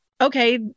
okay